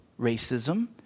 racism